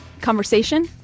conversation